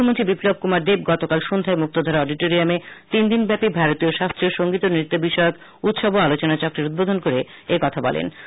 মুখ্যমন্ত্রী বিপ্লব কুমার দেব গতকাল সন্ধ্যায় মুক্তধারা অডিটোরিয়ামে তিনদিন ব্যাপী ভারতীয় শাস্ত্রীয় সঙ্গীত ও নৃত্য বিষয়ক উৎসব ও আলোচনাচক্রের উদ্বোধন করে এই কথাগুলো বলেন